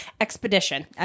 expedition